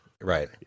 Right